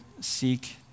seek